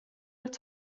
ერთ